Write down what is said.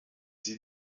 sie